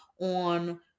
On